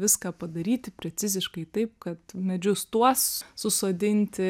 viską padaryti preciziškai taip kad medžius tuos susodinti